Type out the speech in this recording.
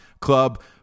club